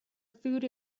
food